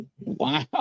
Wow